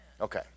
Okay